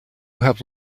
have